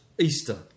Easter